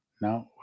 No